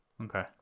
Okay